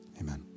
amen